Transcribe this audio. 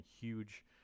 huge –